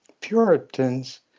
Puritans